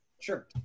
Sure